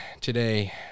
today